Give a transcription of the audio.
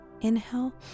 Inhale